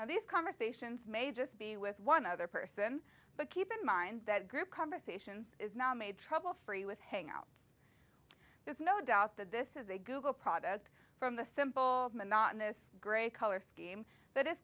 now these conversations may just be with one other person but keep in mind that group conversations is not made trouble free with hangouts there is no doubt that this is a google product from the simple monotonous gray color scheme